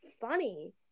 funny